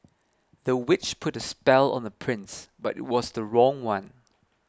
the witch put a spell on the prince but it was the wrong one